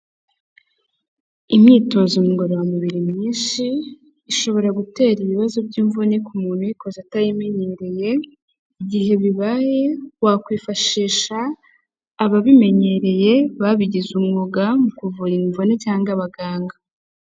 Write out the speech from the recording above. Imyitozo ngororamubiri myinshi ishobora gutera ibibazo by'imvune ku muntu uyikoze atayimenyereye, igihe bibaye wakwifashisha ababimenyereye babigize umwuga mu kuvura imvune cyangwa abaganga.